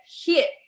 hit